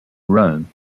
rome